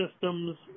systems